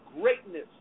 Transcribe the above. greatness